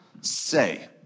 say